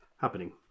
happening